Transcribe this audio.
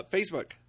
Facebook